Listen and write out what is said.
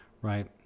right